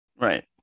right